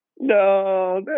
No